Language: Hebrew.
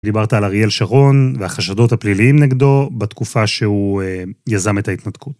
דיברת על אריאל שרון והחשדות הפליליים נגדו בתקופה שהוא יזם את ההתנתקות.